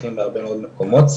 צרכים והרבה מאוד מקומות.